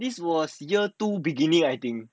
this was year two beginning I think